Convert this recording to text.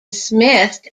dismissed